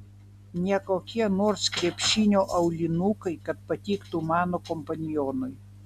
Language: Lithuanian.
ne kokie nors krepšinio aulinukai kad patiktų mano kompanionui